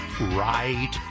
right